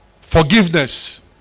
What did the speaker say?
Forgiveness